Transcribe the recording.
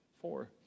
four